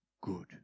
good